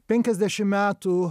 penkiasdešim metų